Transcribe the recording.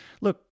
look